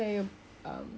something to munch